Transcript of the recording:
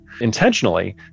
intentionally